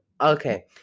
Okay